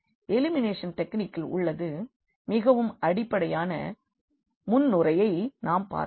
elimination டெக்னிக்கில் உள்ள மிகவும் அடிப்படையான முன்னுரையை நாம் பார்த்தோம்